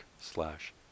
slash